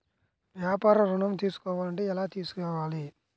వ్యాపార ఋణం తీసుకోవాలంటే ఎలా తీసుకోవాలా?